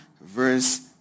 verse